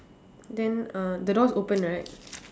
then uh the door is open right